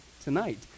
tonight